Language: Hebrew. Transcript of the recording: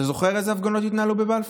אתה זוכר איזה הפגנות התנהלו בבלפור?